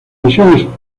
divisiones